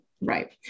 right